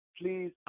Please